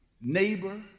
neighbor